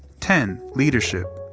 ten. leadership.